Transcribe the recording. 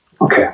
Okay